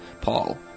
Paul